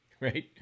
right